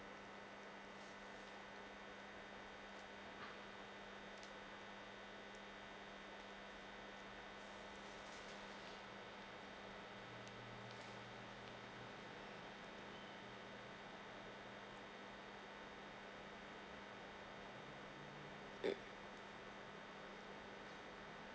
mm